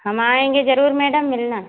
हम आएंगे ज़रूर मैडम मिलना